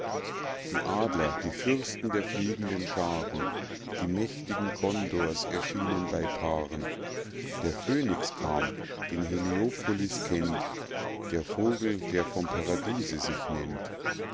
die adler die fürsten der fliegenden schaaren die mächtigen condors erschienen bei paaren der phönix kam den heliopolis kennt der vogel der vom paradiese sich nennt